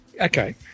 Okay